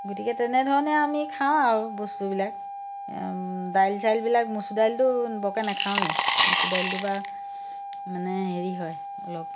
গতিকে তেনেধৰণে আমি খাওঁ আৰু বস্তুবিলাক দাইল চাইলবিলাক মচুৰ দাইলটো বৰকৈ নাখাওঁৱেই মচুৰ দাইলটোৰ পৰা মানে হেৰি হয় অলপ